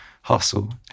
hustle